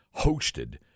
hosted